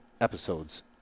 episodes